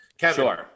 Kevin